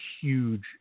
huge